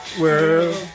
world